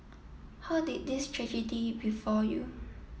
how did this tragedy befall you